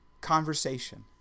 conversation